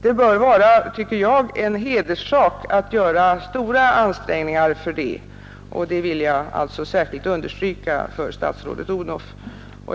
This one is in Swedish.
Jag tycker att det bör vara en hederssak att göra stora ansträngningar härvidlag. Detta vill jag särskilt understryka för statsrådet Odhnoff.